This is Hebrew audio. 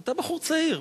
אתה בחור צעיר,